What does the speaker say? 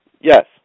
Yes